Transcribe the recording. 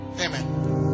Amen